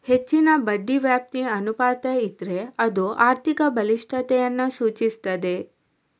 ಹೆಚ್ಚಿನ ಬಡ್ಡಿ ವ್ಯಾಪ್ತಿ ಅನುಪಾತ ಇದ್ರೆ ಅದು ಆರ್ಥಿಕ ಬಲಿಷ್ಠತೆಯನ್ನ ಸೂಚಿಸ್ತದೆ